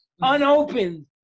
Unopened